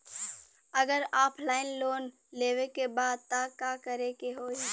अगर offline loan लेवे के बा त का करे के होयी?